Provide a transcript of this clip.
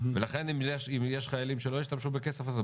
ולכן אם יש חיילים שלא השתמשו בכסף הזה,